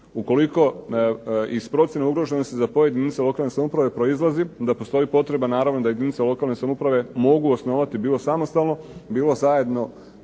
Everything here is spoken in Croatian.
Ukoliko iz procjene ugroženosti za pojedine jedinice lokalne samouprave proizlazi da postoji potreba da naravno jedinica lokalne samouprave mogu osnovati bilo samostalno bilo zajedno